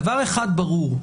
דבר אחד ברור,